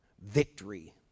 victory